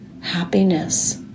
happiness